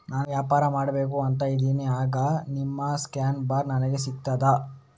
ನಾನು ವ್ಯಾಪಾರ ಮಾಡಬೇಕು ಅಂತ ಇದ್ದೇನೆ, ಆಗ ನಿಮ್ಮ ಸ್ಕ್ಯಾನ್ ಬಾರ್ ನನಗೆ ಸಿಗ್ತದಾ?